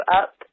up